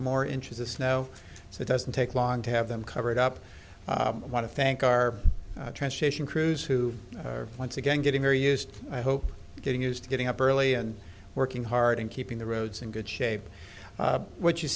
more inches of snow so it doesn't take long to have them covered up i want to thank our transportation crews who are once again getting very used i hope getting used to getting up early and working hard and keeping the roads in good shape what you